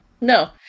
no